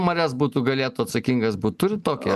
marias būtų galėtų atsakingas būt turit tokį